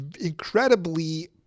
incredibly